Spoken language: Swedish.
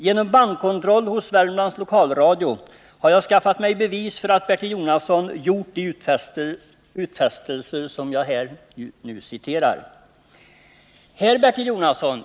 Genom bandkontroll hos Värmlands lokalradio har jag skaffat mig bevis för att Bertil Jonasson gjort de utfästelser som jag här återger.